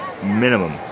Minimum